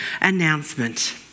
announcement